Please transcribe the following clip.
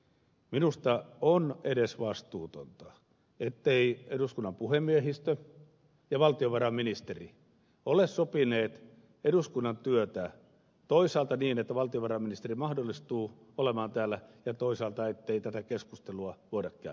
minusta on edesvastuutonta etteivät eduskunnan puhemiehistö ja valtiovarainministeri ole sopineet eduskunnan työtä toisaalta niin että valtiovarainministeri mahdollistuu olemaan täällä ja toisaalta ettei tätä keskustelua voida käydä